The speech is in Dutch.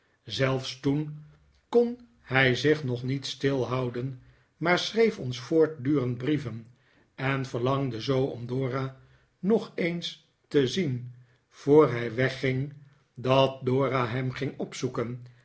zelfs toen kon hij zich nog niet stilhouden maar schreef ons voortdurend brieven en verlangde zoo om dora nog eens te zien voor hij wegging dat dora hem ging opzoeken